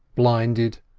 blinded,